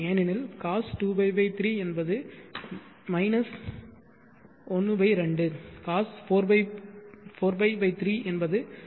ஏனெனில் Cos 2π 3 என்பது 12 cos 4π 3 என்பது 12